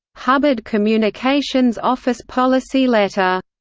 hubbard communications office policy letter,